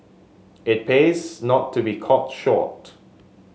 it pays not to be caught short